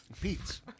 Pete's